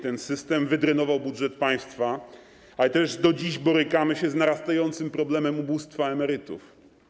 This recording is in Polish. Ten system wydrenował budżet państwa, ale też do dziś borykamy się z narastającym problemem ubóstwa emerytów.